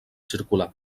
circular